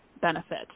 benefit